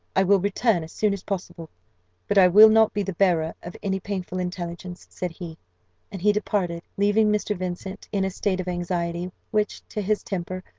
i will return as soon as possible but i will not be the bearer of any painful intelligence, said he and he departed, leaving mr. vincent in a state of anxiety, which, to his temper,